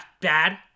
bad